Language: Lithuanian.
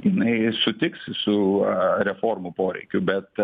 jinai sutiks su reformų poreikiu bet